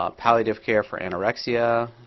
ah palliative care for anorexia.